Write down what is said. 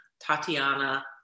Tatiana